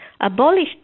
abolished